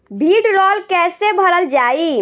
भीडरौल कैसे भरल जाइ?